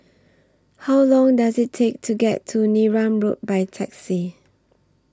How Long Does IT Take to get to Neram Road By Taxi